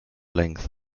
length